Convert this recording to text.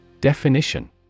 Definition